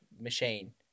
machine